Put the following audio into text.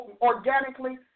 organically